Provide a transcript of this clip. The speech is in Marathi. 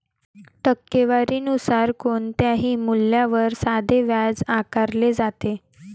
टक्केवारी नुसार कोणत्याही मूल्यावर साधे व्याज आकारले जाते